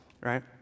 Right